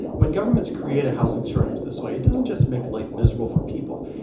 when governments create a housing shortage this way, it doesn't just make life miserable for people.